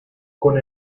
con